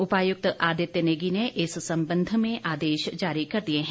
उपायुक्त आदित्य नेगी ने इस संबंध मे आदेश जारी कर दिए हैं